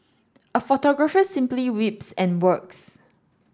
a photographer simply weeps and works